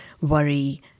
worry